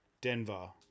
Denver